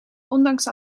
ondanks